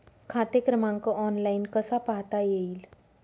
खाते क्रमांक ऑनलाइन कसा पाहता येईल?